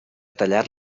tallar